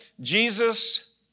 Jesus